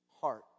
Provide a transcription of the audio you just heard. heart